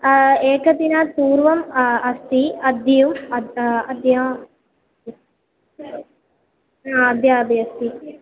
आ एकदिनात् पूर्वम् अस्ति अद्य अ अद् अद्य अद्य अपि अस्ति